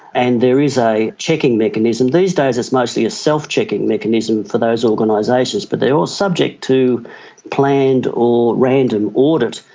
and there is a checking mechanism. these days it's mostly a self-checking mechanism for those organisations, but they are subject to planned or random audit,